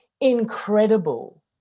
incredible